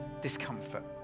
discomfort